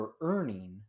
earning